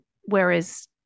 Whereas